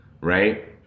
right